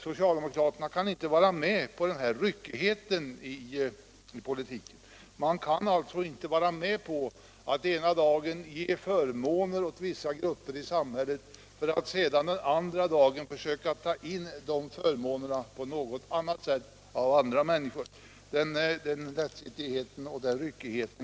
Socialdemokraterna kan inte vara med på den här ryckigheten. Vi kan inte vara med på att man ena dagen ger förmåner till vissa grupper i samhället för att sedan den andra dagen försöka ta in kostnaderna för dessa förmåner från andra grupper.